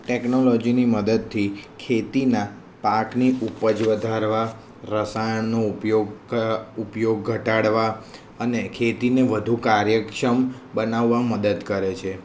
ટેક્નોલૉજીની મદદથી ખેતીના પાકની ઉપજ વધારવા રસાયણનો ઉપયોગ ઉપયોગ ઘટાડવા અને ખેતીને વધુ કાર્યક્ષમ બનાવવા મદદ કરે છે